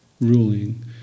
ruling